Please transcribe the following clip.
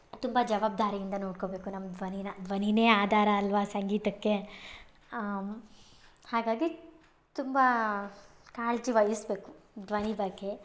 ತುಂಬ ಜವಾಬ್ದಾರಿಯಿಂದ ನೋಡಿಕೋಬೇಕು ನಮ್ಮ ಧ್ವನಿನ ಧ್ವನಿನೇ ಆಧಾರ ಅಲ್ಲವಾ ಸಂಗೀತಕ್ಕೆ ಹಾಗಾಗಿ ತುಂಬ ಕಾಳಜಿ ವಹಿಸಬೇಕು ಧ್ವನಿ ಬಗ್ಗೆ